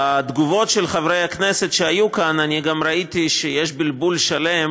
בתגובות של חברי הכנסת שהיו כאן אני גם ראיתי שיש בלבול שלם